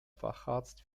facharzt